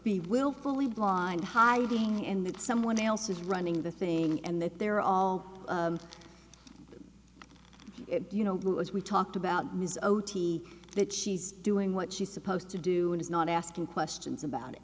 be willfully blind hiding and that someone else is running the thing and that they're all you know as we talked about ms ot that she's doing what she's supposed to do and is not asking questions about it